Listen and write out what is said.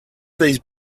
these